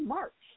March